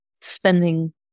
spending